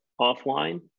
offline